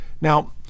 Now